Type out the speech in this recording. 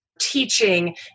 teaching